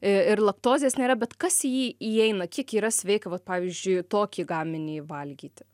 ir laktozės nėra bet kas į jį įeina kiek yra sveika vat pavyzdžiui tokį gaminį valgyti